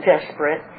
desperate